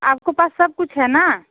आपको पास सब कुछ है ना